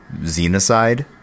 Xenocide